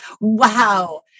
Wow